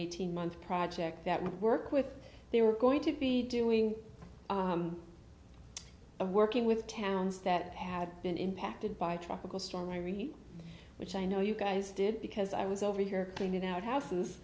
eighteen month project that would work with they were going to be doing of working with towns that had been impacted by tropical storm irene which i know you guys did because i was over here putting it out houses